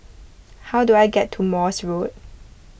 how do I get to Morse Road